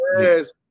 Yes